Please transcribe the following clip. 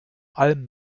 allem